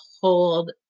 hold